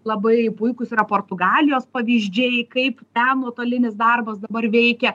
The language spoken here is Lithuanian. labai puikūs yra portugalijos pavyzdžiai kaip ten nuotolinis darbas dabar veikia